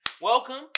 welcome